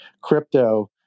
crypto